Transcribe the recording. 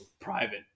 private